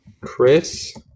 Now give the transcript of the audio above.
Chris